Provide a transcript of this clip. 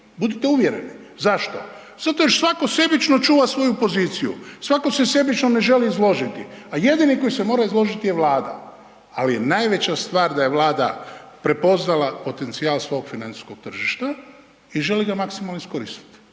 Budite uvjereni. Zašto? Zato jer svako sebično čuva svoju poziciju, svako se sebično ne želi izložiti, a jedini koji se mora izložiti je Vlada. Ali je najveća stvar da je Vlada prepoznala potencijal svog financijskog tržišta i želi ga maksimalno iskoristit.